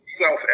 self